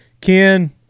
Ken